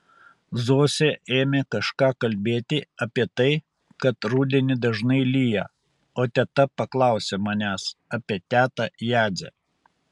zosė ėmė kažką kalbėti apie tai kad rudenį dažnai lyja o teta paklausė manęs apie tetą jadzę